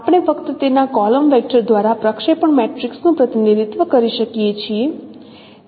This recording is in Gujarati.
આપણે ફક્ત તેમના કોલમ વેક્ટર દ્વારા પ્રક્ષેપણ મેટ્રિસીસનું પ્રતિનિધિત્વ કરી શકીએ છીએ